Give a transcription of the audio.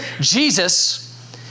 Jesus